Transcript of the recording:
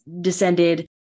descended